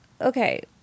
Okay